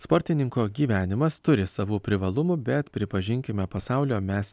sportininko gyvenimas turi savo privalumų bet pripažinkime pasaulio mes